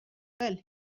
well